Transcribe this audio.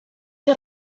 que